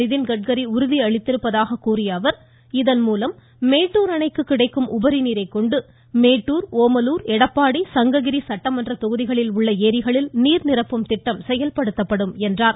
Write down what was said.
நிதின்கட்கரி உறுதியளித்திருப்பதாக கூறிய இதன்மூலம் மேட்டூர் அணைக்கு கிடைக்கும் உபரிநீரைக் கொண்டு மேட்டூர் அவர் ஓமலூர் எடப்பாடி சங்ககிரி சட்டமன்ற தொகுதிகளிலுள்ள ஏரிகளுக்கு நீர்நிரப்பும் திட்டம் செயல்படுத்தப்படும் என்றார்